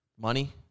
money